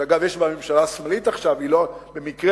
אגב, יש לה ממשלה שמאלית עכשיו, ובמקרה,